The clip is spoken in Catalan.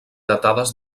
datades